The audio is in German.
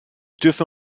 dürfen